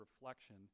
reflection